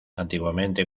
antiguamente